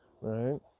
Right